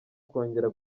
kongera